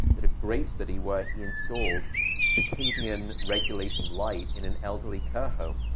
did a great study where he installed circadian-regulating light in an elderly care home,